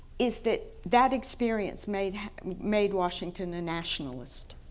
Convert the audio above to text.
is that that experience made made washington a nationalist.